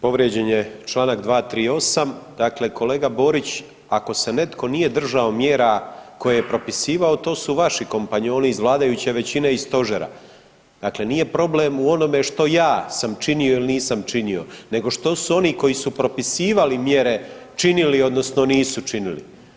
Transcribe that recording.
Povrijeđen je čl. 238., dakle kolega Borić ako se netko nije držao mjera koje je propisivao to su vaši kompanjoni iz vladajuće većine i stožera, dakle nije problem u onome što ja sam činio ili nisam činio nego što su oni koji su propisivali mjere činili odnosno nisu činili.